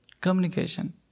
communication